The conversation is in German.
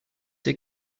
der